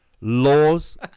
laws